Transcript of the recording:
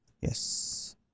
Yes